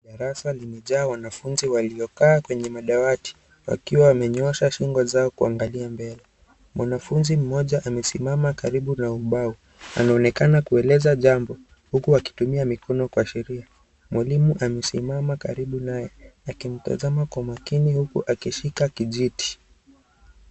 Darasa limejaa wanafunzi waliokaa kwenye madawati, wakiwa wamenyoosha shingo zao kuangalia mbele. Mwanafunzi mmoja amesimama karibu na ubao. Anaonekana kueleza jambo, huku wakitumia mikono kuashiria. Mwalimu amesimama karibu naye, akimtazama kwa makini huku akishika kijiti.